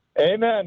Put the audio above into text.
Amen